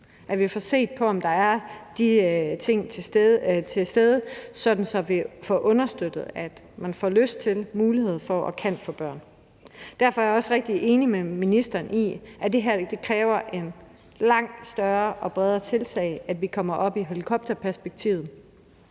at vi får set på, om der er de ting til stede, der gør, at vi får understøttet, at man får lyst til, mulighed for og kan få børn. Derfor er jeg også meget enig med ministeren i, at det her kræver langt større og bredere tiltag – at vi kommer op i helikopterperspektivet,